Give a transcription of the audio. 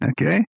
okay